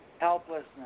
Helplessness